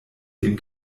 dem